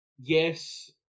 yes